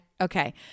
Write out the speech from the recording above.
Okay